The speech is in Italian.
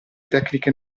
tecniche